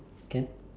can